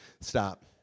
Stop